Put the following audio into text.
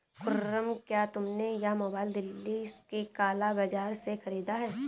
खुर्रम, क्या तुमने यह मोबाइल दिल्ली के काला बाजार से खरीदा है?